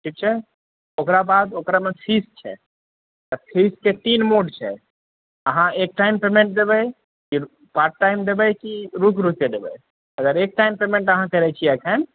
ठीक छै ओकरा बाद ओकरामे फीस छै फीसके तीन मोड छै अहाँ एकटाइम पेमेन्ट देबै की पार्ट टाइम देबै की रुकि रुकि कऽ देबै अगर एकटाइम पेमेंट अहाँ करै छियै अखन